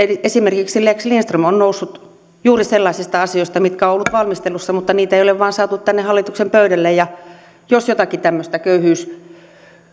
esimerkiksi lex lindström on noussut juuri sellaisista asioista mitkä ovat olleet valmistelussa mutta mitä ei ole vain saatu tänne hallituksen pöydälle ja jos jotakin tämmöistä